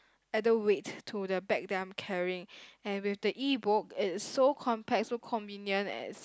added weight to the bag that I'm carrying and with the E book it's so compact so convenient and